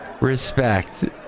respect